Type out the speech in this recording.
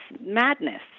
madness